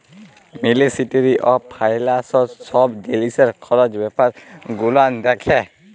ministry of finance ছব জিলিসের খরচ ব্যাপার গুলান দ্যাখে